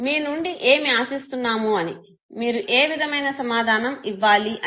మీ నుండి ఏమి ఆశిస్తున్నాము అని మీరు ఏ విధమైన సమాధానం ఇవ్వాలి అని